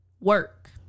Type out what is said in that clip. work